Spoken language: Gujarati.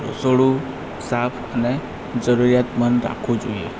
રસોડું સાફ અને જરૂરિયાતમંદ રાખવું જોઈએ